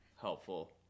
helpful